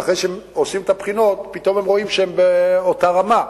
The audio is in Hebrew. ואחרי שהם עושים את הבחינות פתאום הם רואים שהם באותה רמה,